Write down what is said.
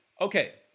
okay